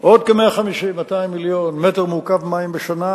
עוד כ-150 200 מיליון מטר מעוקב מים בשנה,